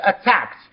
attacked